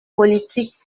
politique